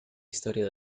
historia